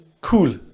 Cool